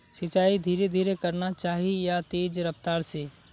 सिंचाई धीरे धीरे करना चही या तेज रफ्तार से?